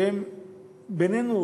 שבינינו,